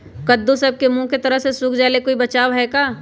कददु सब के मुँह के तरह से सुख जाले कोई बचाव है का?